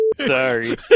Sorry